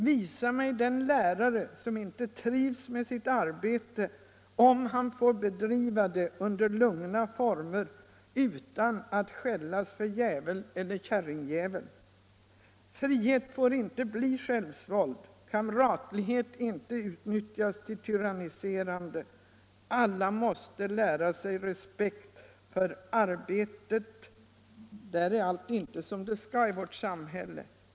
Visa mig den lärare som inte trivs med sitt arbete, om han får bedriva det under lugna former — utan att skällas för ”jävel” eller ”kärringjävel”. Frihet får inte bli självsvåld, kamratlighet inte utnyttjas till tyranniserande. Alla måste lära sig respekt för arbetet — där är inte allt som det skall i våra skolor.